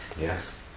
yes